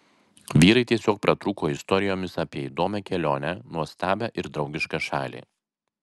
vyrai tiesiog pratrūko istorijomis apie įdomią kelionę nuostabią ir draugišką šalį